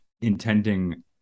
intending